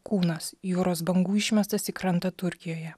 kūnas jūros bangų išmestas į krantą turkijoje